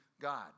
God